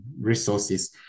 resources